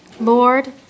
Lord